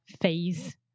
phase